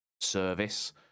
service